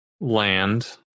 Land